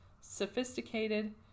sophisticated